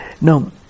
Now